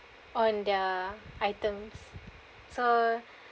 on their items so